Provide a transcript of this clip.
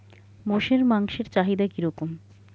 মোষের মাংসের চাহিদা কি রকম?